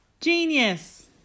genius